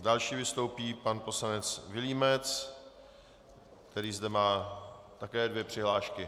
Další vystoupí pan poslanec Vilímec, který zde má také dvě přihlášky.